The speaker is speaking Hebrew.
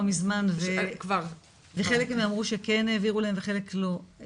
מזמן וחלק מהם אמרו שכן העבירו להם וחלק לא.